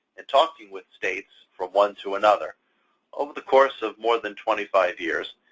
and talking with states from one to another over the course of more than twenty five years,